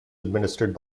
administered